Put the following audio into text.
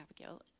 Abigail